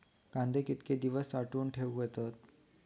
कांदे कितके दिवस साठऊन ठेवक येतत?